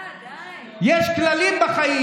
יש כללים בחיים.